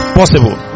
possible